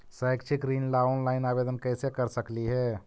शैक्षिक ऋण ला ऑनलाइन आवेदन कैसे कर सकली हे?